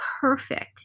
perfect